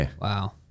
Wow